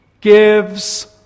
gives